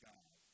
God